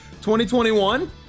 2021